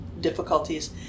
difficulties